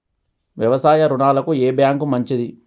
వ్యవసాయ రుణాలకు ఏ బ్యాంక్ మంచిది?